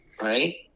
right